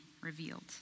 revealed